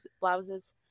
blouses